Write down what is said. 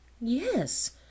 Yes